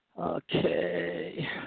Okay